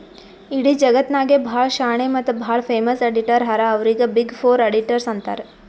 ಇಡೀ ಜಗತ್ನಾಗೆ ಭಾಳ ಶಾಣೆ ಮತ್ತ ಭಾಳ ಫೇಮಸ್ ಅಡಿಟರ್ ಹರಾ ಅವ್ರಿಗ ಬಿಗ್ ಫೋರ್ ಅಡಿಟರ್ಸ್ ಅಂತಾರ್